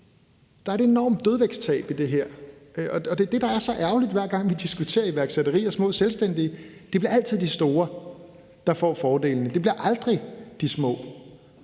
Der er et enormt dødvægtstab i det her, og det er det, der er så ærgerligt, hver gang vi diskuterer iværksætteri og små selvstændige: Det bliver altid de store, der får fordelene. Det bliver aldrig de små.